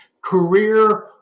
career